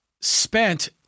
spent